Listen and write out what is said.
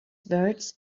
words